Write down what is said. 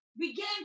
began